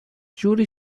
جوری